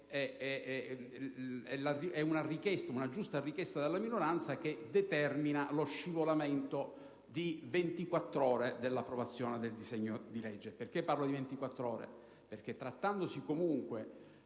è una giusta richiesta della minoranza che determina lo scivolamento di ventiquattro ore nell'approvazione del disegno di legge. Parlo di ventiquattro ore perché, trattandosi comunque